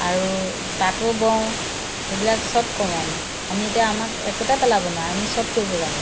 আৰু তাঁতো বওঁ এইবিলাক চব কৰোঁ আমি আমি এতিয়া আমাক একোতেই পেলাব নোৱাৰে আমি চব কৰিব জানো